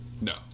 No